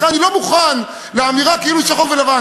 לכן אני לא מוכן לאמירה כאילו הכול שחור ולבן.